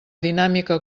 dinàmica